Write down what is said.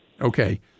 Okay